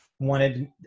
Wanted